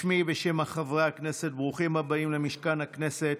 בשמי ובשם חברי הכנסת, ברוכים הבאים למשכן הכנסת.